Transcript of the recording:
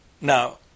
Now